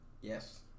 Yes